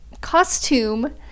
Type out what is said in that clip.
costume